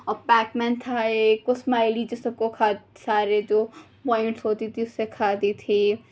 اور Pacman تھا ایک اسمائلی جو سب کو کھا سارے جو پوائنٹس ہوتی تھیں اسے کھاتی تھی